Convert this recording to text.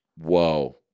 whoa